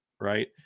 right